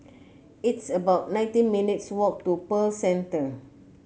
it's about nineteen minutes' walk to Pearl Centre